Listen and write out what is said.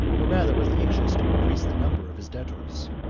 but rather was anxious to increase the number of his debtors.